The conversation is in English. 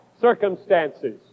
circumstances